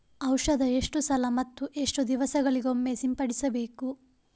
ಔಷಧ ಎಷ್ಟು ಸಲ ಮತ್ತು ಎಷ್ಟು ದಿವಸಗಳಿಗೊಮ್ಮೆ ಸಿಂಪಡಿಸಬೇಕು?